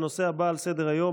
הנושא הבא על סדר-היום,